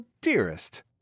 dearest